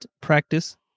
practice